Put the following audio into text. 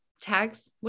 Tags